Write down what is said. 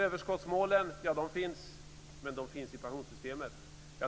Överskottsmålen finns, men de finns i pensionssystemet.